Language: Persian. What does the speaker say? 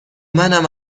منم